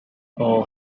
hole